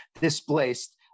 displaced